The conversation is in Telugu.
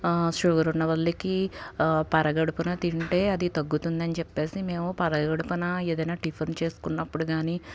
షుగర్ ఉన్న వాళ్ళకి పరగడుపున తింటే అది తగ్గుతుంది అని చెప్పేసి మేము పరగడుపున ఏదైనా టిఫిన్ చేసుకున్నప్పుడు కానీ